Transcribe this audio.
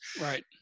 Right